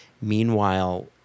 Meanwhile